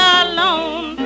alone